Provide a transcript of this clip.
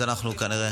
אז אנחנו כנראה